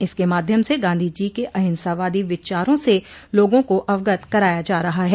इसके माध्यम से गांधी जी के आहिंसावादी विचारों से लोगों का अवगत कराया जा रहा है